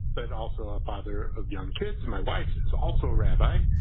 but also a father of young kids. my wife is also rabbi.